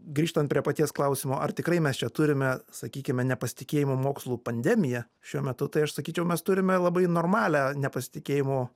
grįžtant prie paties klausimo ar tikrai mes čia turime sakykime nepasitikėjimo mokslu pandemiją šiuo metu tai aš sakyčiau mes turime labai normalią nepasitikėjimo